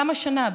גם השנה,